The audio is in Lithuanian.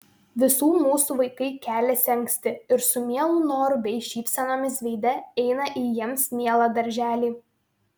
visų mūsų vaikai keliasi anksti ir su mielu noru bei šypsenomis veide eina į jiems mielą darželį